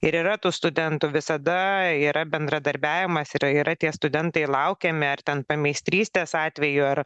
ir yra tų studentų visada yra bendradarbiavimas yra yra tie studentai laukiami ar ten pameistrystės atveju ar